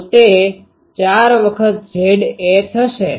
તો તે 4 વખત Za થશે